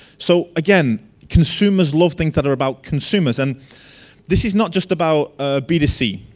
so again consumers love things that are about consumers. and this is not just about b two c.